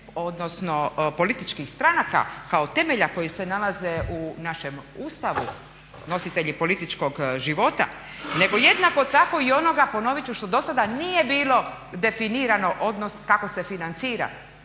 odnosno političkih stranaka kao temelja koji se nalaze u našem Ustavu, nositelji političkog života nego jednako tako i onoga, ponoviti ću što do sada nije bilo definirano odnos kako se financira